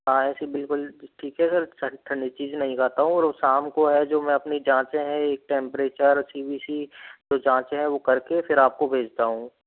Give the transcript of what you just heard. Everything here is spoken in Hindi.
हाँ ऐसी बिल्कुल ठीक है सर ठंडी चीज नहीं खता हूँ और वो शाम को है जो मैं अपनी जाँचे हैं ये टेम्प्रेचर सी बी सी जो जाँचें हैं वो कर के फ़िर आप को भेजता हूँ